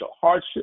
hardship